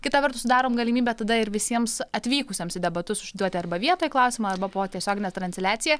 kita vertus sudarom galimybę tada ir visiems atvykusiems į debatus užduoti arba vietoj klausimą arba po tiesiogine transliacija